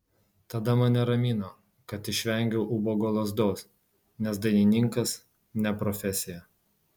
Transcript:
tada mane ramino kad išvengiau ubago lazdos nes dainininkas ne profesija